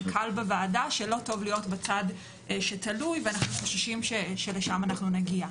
אני די נבוך מהעובדה שאנחנו נמצאים ב-6% אנרגיות מתחדשות.